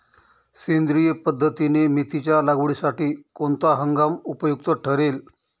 सेंद्रिय पद्धतीने मेथीच्या लागवडीसाठी कोणता हंगाम उपयुक्त ठरेल?